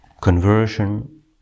conversion